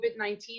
COVID-19